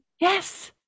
Yes